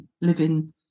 living